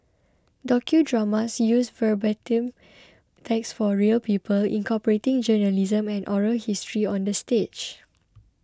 docudramas use verbatim text for real people incorporating journalism and oral history on the stage